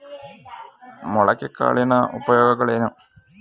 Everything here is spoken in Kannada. ಮೊಳಕೆ ಕಾಳಿನ ಉಪಯೋಗಗಳೇನು?